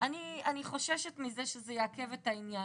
אני חוששת מזה שזה יעכב את העניין.